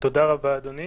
תודה רבה, אדוני.